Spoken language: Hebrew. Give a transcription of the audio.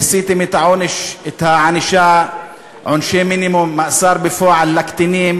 ניסיתם את עונשי המינימום, מאסר בפועל של קטינים,